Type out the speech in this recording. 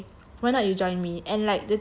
why not you join me and like the thing is